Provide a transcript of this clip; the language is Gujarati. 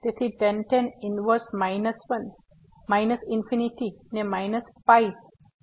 તેથી tan ઇન્વર્સ માઇનસ ઇન્ફીનીટી ને માઇનસ પાઇ બાય 2 મળશે